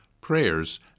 prayers